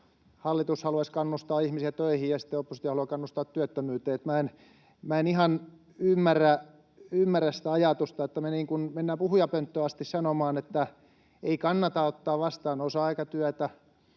hallitus haluaisi kannustaa ihmisiä töihin, ja sitten oppositio haluaa kannustaa työttömyyteen. Minä en ihan ymmärrä sitä ajatusta, että me mennään puhujapönttöön asti sanomaan, että ei kannata ottaa vastaan osa-aikatyötä.